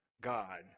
God